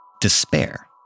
despair